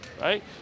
right